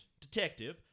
Detective